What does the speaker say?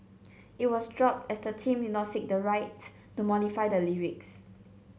it was dropped as the team did not seek the right to modify the lyrics